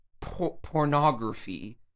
pornography